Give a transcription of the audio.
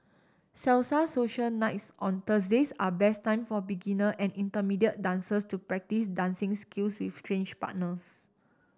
salsa social nights on Thursdays are best time for beginner and intermediate dancers to practice dancing skills with strange partners